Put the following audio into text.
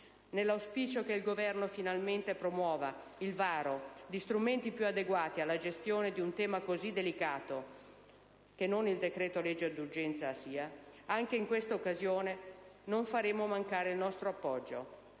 Nell'auspicio che il Governo, finalmente, promuova il varo di strumenti più adeguati alla gestione di un tema così delicato, rispetto al decreto-legge d'urgenza, anche in quest'occasione non faremo mancare il nostro appoggio